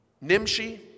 Nimshi